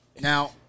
Now